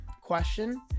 question